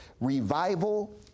revival